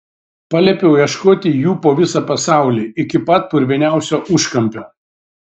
paliepiau ieškoti jų po visą pasaulį iki pat purviniausio užkampio